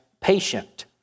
patient